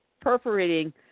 perforating